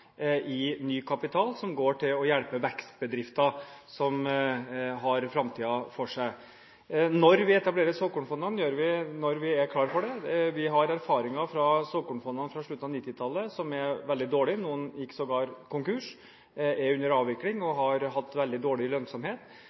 ny kapital går til å hjelpe vekstbedrifter som har framtiden foran seg. Vi etablerer såkornfondene når vi er klar for det. Vi har veldig dårlige erfaringer med såkornfondene fra slutten av 1990-tallet, noen gikk sågar konkurs, noen er under avvikling, og noen har hatt veldig dårlig lønnsomhet.